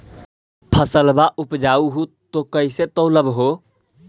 फसलबा उपजाऊ हू तो कैसे तौउलब हो?